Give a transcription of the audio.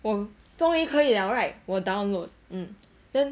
我终于可以 liao right 我 download mm then